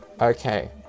Okay